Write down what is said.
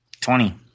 Twenty